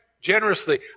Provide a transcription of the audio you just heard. generously